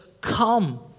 come